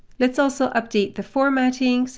let's also update the formatting. so